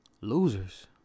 losers